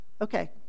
Okay